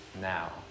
Now